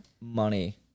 money